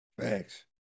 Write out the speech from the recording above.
thanks